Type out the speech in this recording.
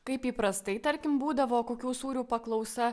kaip įprastai tarkim būdavo kokių sūrių paklausa